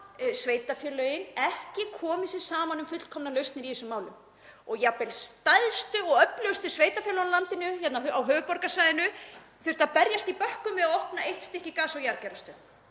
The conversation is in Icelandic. sveitarfélögin ekki komið sér saman um fullkomnar lausnir í þessum málum. Jafnvel stærstu og öflugustu sveitarfélögin á landinu, á höfuðborgarsvæðinu, hafa þurft að berjast í bökkum við að opna eitt stykki gas- og jarðgerðarstöð